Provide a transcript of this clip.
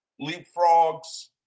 leapfrogs